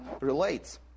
relates